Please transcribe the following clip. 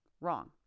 Wrong